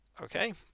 Okay